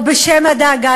או בשם הדאגה,